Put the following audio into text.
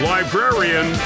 Librarian